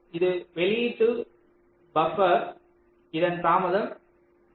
இது வெளியீட்டு பபர் இதன் தாமதம் 0